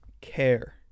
care